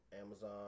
Amazon